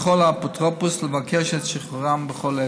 והאפוטרופוס יכול לבקש את שחרורם בכל עת.